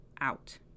out